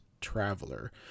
traveler